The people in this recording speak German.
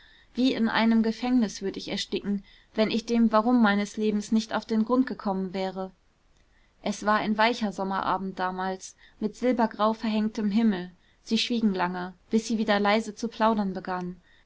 wie in einem gefängnis würd ich ersticken wenn ich dem warum meines lebens nicht auf den grund gekommen wäre es war ein weicher sommerabend damals mit silbergrau verhängtem himmel sie schwiegen lange bis sie wieder leise zu plaudern begann